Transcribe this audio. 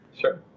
Sure